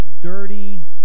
dirty